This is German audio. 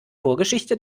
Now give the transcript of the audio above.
vorgeschichte